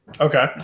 Okay